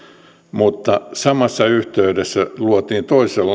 mutta samassa yhteydessä luotiin toisenlainen